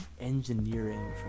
Engineering